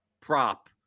prop